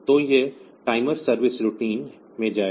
तो यह timer service routine में जाएगा